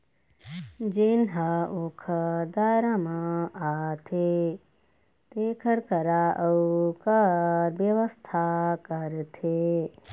जेन ह ओखर दायरा म आथे तेखर करा अउ कर बेवस्था करथे